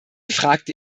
fragte